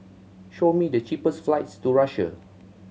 show me the cheapest flights to Russia